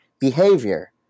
behavior